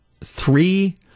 three